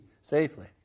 safely